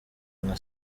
nka